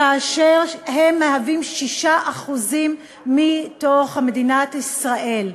כאשר הם מהווים 6% מתוך מדינת ישראל,